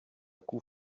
coup